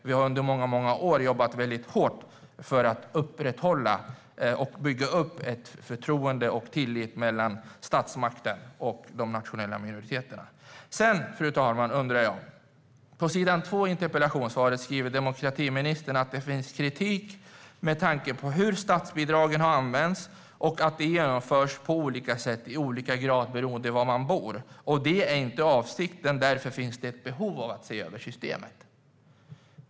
Vi har under många år jobbat hårt för att bygga upp och upprätthålla förtroendet och tilliten mellan statsmakten och de nationella minoriteterna. Fru talman! I interpellationssvaret säger demokratiministern att det finns kritik mot hur statsbidragen har använts och mot att det genomförs på olika sätt i olika grad beroende på var man bor, och eftersom det inte är avsikten finns det ett behov av att se över systemet.